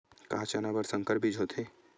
का चना बर संकर बीज होथे?